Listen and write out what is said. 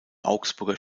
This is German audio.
augsburger